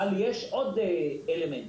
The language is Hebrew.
יש עוד אלמנט,